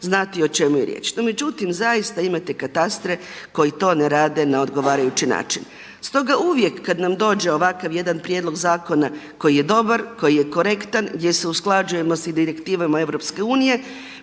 znati o čemu je riječ. No međutim zaista imate katastre koji to ne rade na odgovarajući način. Stoga uvijek kad nam dođe ovakav jedan prijedlog zakona koji je dobar, koji je korektan, gdje se usklađujemo s direktivama Europske unije,